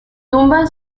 tumba